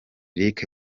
eric